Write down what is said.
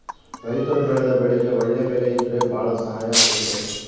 ರೈತರು ಬೆಳೆದ ಬೆಳೆಗೆ ಒಳ್ಳೆ ಬೆಲೆ ಇದ್ರೆ ಭಾಳ ಸಹಾಯ ಆಗುತ್ತೆ